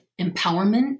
empowerment